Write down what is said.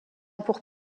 pour